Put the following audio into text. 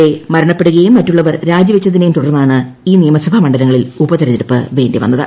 A മരണപ്പെടുകയും മറ്റുളളവർ രാജിവെച്ചതീരുനയും തുടർന്നാണ് ഈ നിയമസഭാ മണ്ഡലങ്ങളിൽ ഉപ്പത്തെർഞ്ഞെടുപ്പ് വേണ്ടി വന്നത്